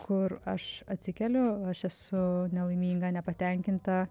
kur aš atsikeliu aš esu nelaiminga nepatenkinta